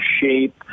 shape